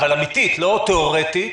הפרעה אמיתית, לא תיאורטית.